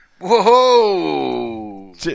Whoa